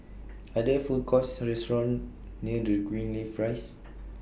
Are There Food Courts Or restaurants near Greenleaf Rise